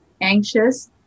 anxious